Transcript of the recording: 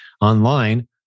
online